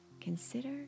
Consider